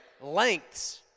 lengths